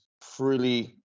freely